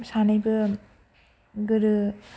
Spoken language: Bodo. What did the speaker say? सानैबो गोदो